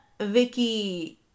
Vicky